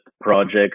project